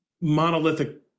monolithic